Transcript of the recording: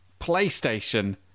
PlayStation